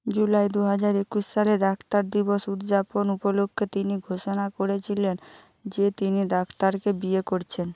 জুলাই দু হাজার একুশ সালে ডাক্তার দিবস উদযাপন উপলক্ষে তিনি ঘোষণা করেছিলেন যে তিনি ডাক্তারকে বিয়ে করছেন